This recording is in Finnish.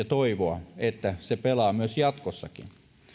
toivoa että se pelaa jatkossakin